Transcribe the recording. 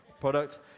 product